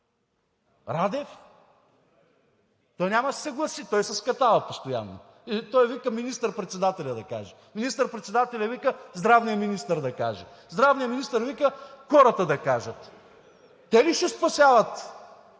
Радев? Той няма да се съгласи, той се скатава постоянно. Или той вика: министър-председателят да каже. Министър-председателят вика: здравният министър да каже. Здравният министър вика: хората да кажат. Те ли ще спасяват